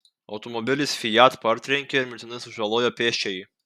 automobilis fiat partrenkė ir mirtinai sužalojo pėsčiąjį